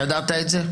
ידעת את זה?